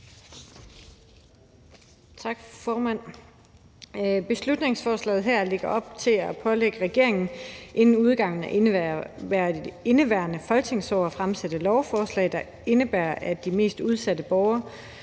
Tak, formand. Beslutningsforslaget her pålægger inden udgangen af indeværende folketingsår regeringen at fremsætte et lovforslag, der indebærer, at de mest udsatte borgere